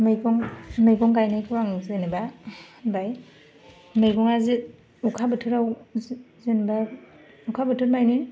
मैगं गायनायखौ आं जेनेबा होनबाय मैगंआ अखा बोथोराव जेनेबा अखा बोथोर माने